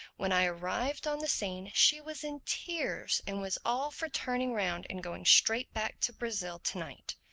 when i arrived on the scene she was in tears and was all for turning round and going straight back to brazil to-night.